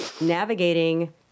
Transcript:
navigating